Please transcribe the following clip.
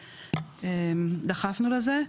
אנחנו דחפנו לזה.